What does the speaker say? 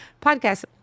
podcast